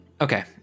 Okay